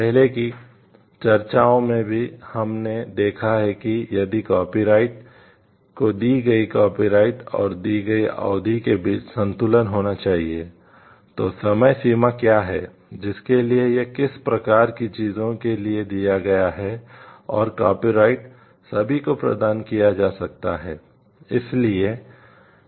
पहले की चर्चाओं में भी हमने देखा है कि यदि कॉपीराइट सभी को प्रदान किया जा सकता है